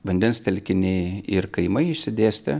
vandens telkiniai ir kaimai išsidėstę